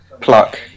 Pluck